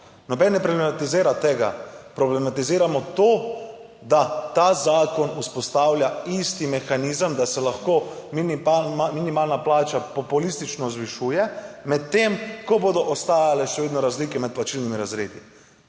Noben ne problematizira tega. Problematiziramo to, da ta zakon vzpostavlja isti mehanizem, da se lahko minimalna plača populistično zvišuje, medtem ko bodo ostajale še vedno razlike med plačilnimi razredi.